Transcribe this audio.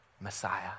Messiah